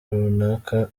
runaka